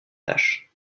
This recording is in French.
tâches